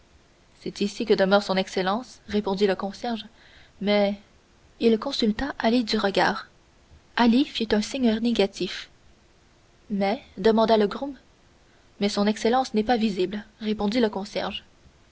c'est ici que demeure son excellence répondit le concierge mais il consulta ali du regard ali fit un signe négatif mais demanda le groom mais son excellence n'est pas visible répondit le concierge